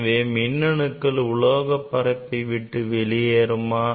எனவே மின்னணுக்கள் உலோக பரப்பை விட்டு வெளியேறுமா